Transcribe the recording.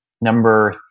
Number